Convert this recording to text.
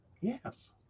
Yes